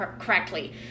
correctly